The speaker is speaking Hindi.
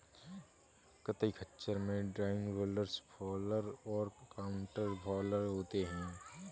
कताई खच्चर में ड्रॉइंग, रोलर्स फॉलर और काउंटर फॉलर होते हैं